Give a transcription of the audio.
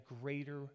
greater